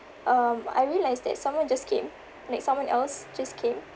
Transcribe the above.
um I realised that someone just came like someone else just came